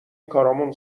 کارامون